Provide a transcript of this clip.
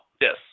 Yes